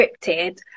scripted